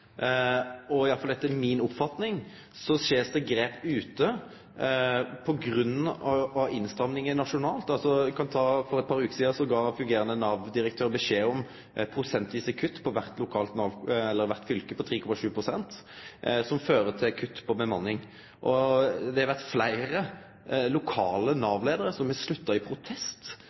topptungt. I alle fall, etter mi oppfatning, tek ein grep der ute på grunn av innstrammingar nasjonalt. For eit par veker sidan gav fungerande Nav-direktør beskjed om prosentvise kutt i kvart fylke på 3,7 pst., som fører til kutt på bemanninga. Det har vore fleire lokale Nav-leiarar som har slutta i protest